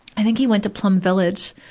i think he went to plum village,